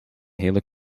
hele